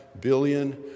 billion